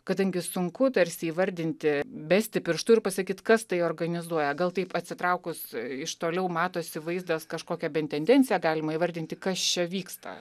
kadangi sunku tarsi įvardinti besti pirštu ir pasakyt kas tai organizuoja gal taip atsitraukus iš toliau matosi vaizdas kažkokią bent tendenciją galima įvardinti kas čia vyksta